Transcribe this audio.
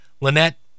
Lynette